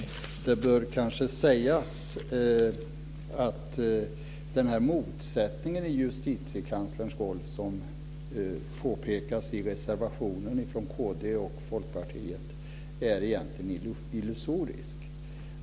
Fru talman! Det bör kanske sägas att den motsättning i Justitiekanslerns roll som påpekas i reservationen från Kristdemokraterna och Folkpartiet egentligen är illusorisk.